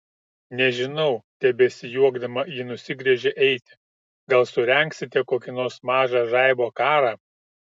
nežinau tebesijuokdama ji nusigręžė eiti gal surengsite kokį nors mažą žaibo karą